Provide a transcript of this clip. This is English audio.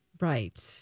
Right